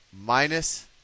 minus